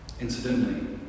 Incidentally